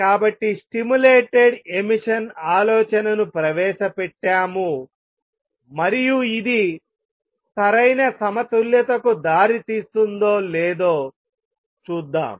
కాబట్టి stimulated emission ఆలోచనను ప్రవేశపెట్టాము మరియు ఇది సరైన సమతుల్యతకు దారితీస్తుందో లేదో చూద్దాం